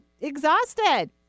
exhausted